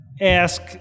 ask